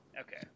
Okay